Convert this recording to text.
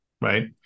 right